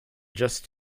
just